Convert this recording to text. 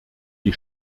die